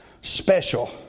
special